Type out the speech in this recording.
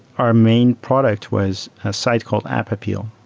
our main product was a site called appappeal,